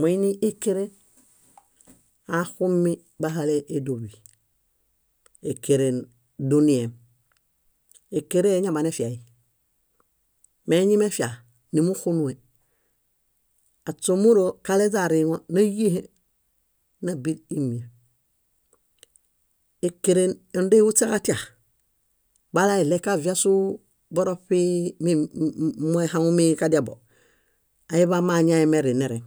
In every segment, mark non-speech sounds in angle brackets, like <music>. Moini ékeren axumi bahale édoḃi. Ékeren dunihem. Ékerẽhe eñaḃanefiai. Meñimefia, nímuxunue. Aśe ómuro kaleźa oriŋo náyẽhe, nábil ímieṗ. Ékeren énde huśaġatia, bala eɭeġaviasu boroṗi <hesitation> moehaŋumiġadiabo, aiḃamoañaemerinereŋ: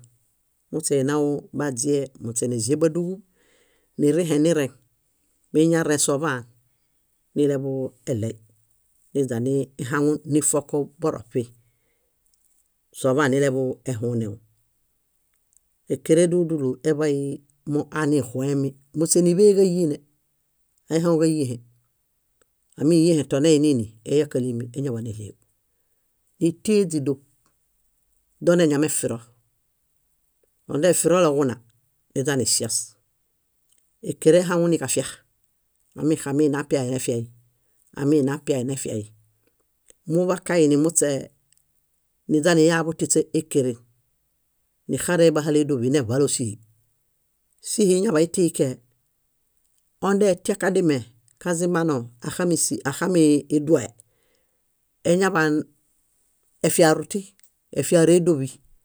muśeinaw baźie muśe níĵeḃáduġu nirĩhe nireŋ, miñarẽsoḃaan nileḃu eɭey niźanihaŋu nifoku boroṗi soḃanileḃuehunewu. Ékereduludulu eḃay moanixuemi, muśe níḃeheġayene, aihaŋuġáyẽhe. Ámiyẽhe toneinini, eyak kálimi eñaḃan néleġu. Itieźidoṗ, doneñamefiro. Odefiroloġuna, naźanisias. Ékeren ehaŋuniġafia: amixamiiniapie nefiai, amiiniapie nefia. Muḃakaini muśe niźaniyaḃu śiśe ékeren, nixarẽhe bahale édoḃi neḃalo síhi. Síhi iñaḃaitikee. Ondotiakadime kazimbanoo axamiduhe eñaḃaefiaruti, efiaru édoḃi.